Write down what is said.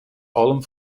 allem